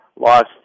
lost